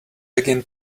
begin